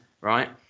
right